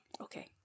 Okay